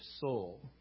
soul